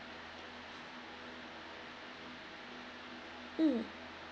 mm